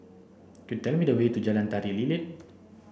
could you tell me the way to Jalan Tari Lilin